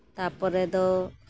ᱛᱟᱯᱚᱨᱮ ᱫᱚ